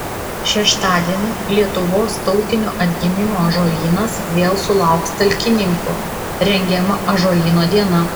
šeštadienį lietuvos tautinio atgimimo ąžuolynas vėl sulauks talkininkų rengiama ąžuolyno diena